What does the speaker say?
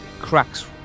cracks